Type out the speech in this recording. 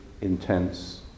intense